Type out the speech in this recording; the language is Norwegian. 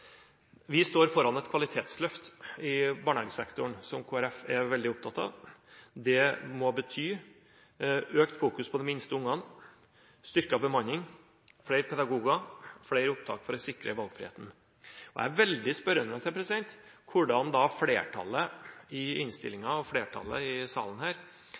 Vi står foran et kvalitetsløft i barnehagesektoren som Kristelig Folkeparti er veldig opptatt av. Det må bety økt fokus på de minste ungene, styrket bemanning, flere pedagoger og flere opptak for å sikre valgfriheten. Jeg er veldig spørrende til at flertallet i innstillingen og flertallet i salen her